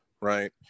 right